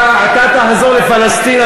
אתה תחזור לפלסטין,